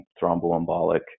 thromboembolic